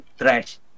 trash